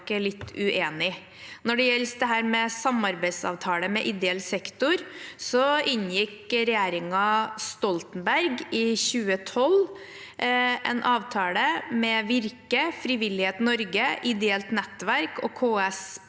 Når det gjelder samarbeidsavtale med ideell sektor, inngikk regjeringen Stoltenberg i 2012 en avtale med Virke, Frivillighet Norge, Ideelt Nettverk og KS